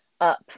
up